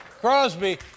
Crosby